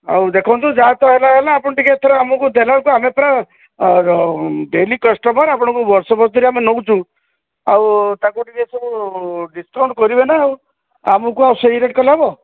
ଆଉ ଦେଖନ୍ତୁ ଯାହା ତ ହେଲା ହେଲା ଆପଣ ଟିକେ ଏଥର ଆମକୁ ଦେଲା ବେଳକୁ ଆମେ ପରା ଡେଲି କଷ୍ଟମର୍ ଆପଣଙ୍କୁ ଆମେ ନେଉଛୁ ଆଉ ତାକୁ ଟିକେ ସବୁ ଡିସକାଉଣ୍ଟ କରିବେନା ଆମକୁ ସେଇ ରେଟ୍ କଲେ ହବ